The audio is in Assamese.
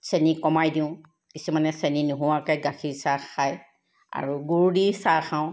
চেনি কমাই দিওঁ কিছুমানে চেনি নোহোৱাকৈ গাখীৰ চাহ খায় আৰু গুড় দি চাহ খাওঁ